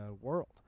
world